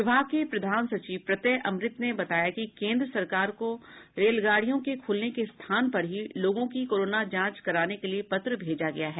विभाग के प्रधान सचिव प्रत्यय अमृत ने बताया कि केन्द्र सरकार को रेलगाड़ियों के खुलने के स्थान पर ही लोगों की कोरोना जांच कराने के लिए पत्र भेजा गया है